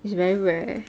it's very rare